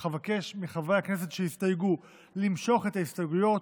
אך אבקש מחברי הכנסת שהסתייגו למשוך את ההסתייגויות,